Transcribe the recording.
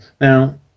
Now